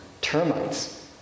termites